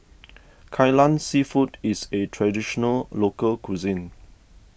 Kai Lan Seafood is a Traditional Local Cuisine